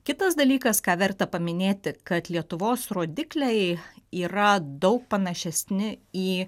kitas dalykas ką verta paminėti kad lietuvos rodikliai yra daug panašesni į